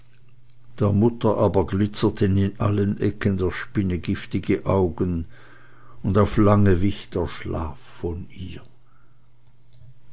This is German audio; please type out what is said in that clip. der mutter aber glitzerten in allen ecken der spinne giftige augen und auf lange wich der schlaf von ihr